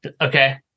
okay